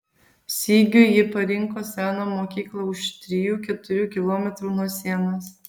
sigiui ji parinko seną mokyklą už trijų keturių kilometrų nuo sienos